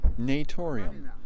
natorium